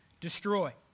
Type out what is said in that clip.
destroy